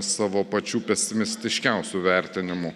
savo pačių pesimistiškiausių vertinimų